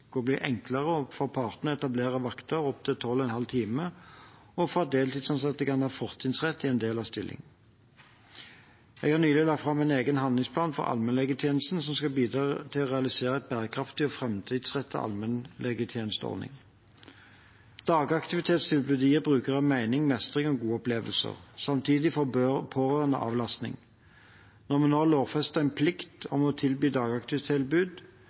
bli enklere for partene å etablere vakter på opptil 12,5 timer, og for at deltidsansatte kan ha fortrinnsrett til en del av stilling. Jeg har nylig lagt fram en egen handlingsplan for allmennlegetjenesten som skal bidra til å realisere en bærekraftig og framtidsrettet allmennlegetjenesteordning. Dagaktivitetstilbudet gir brukerne mening, mestring og gode opplevelser. Samtidig får pårørende avlastning. Når vi nå har lovfestet en plikt om å tilby